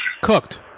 Cooked